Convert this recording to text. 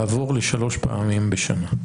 לעבור לשלוש פעמים בשנה.